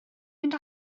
mynd